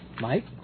Mike